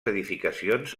edificacions